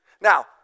Now